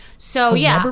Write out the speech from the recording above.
so, yeah. but